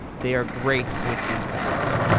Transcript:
they are great with refunds.